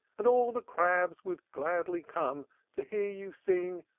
and all the crabs would gladly come to hear you sing,